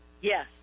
Yes